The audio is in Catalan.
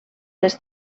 les